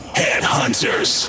headhunters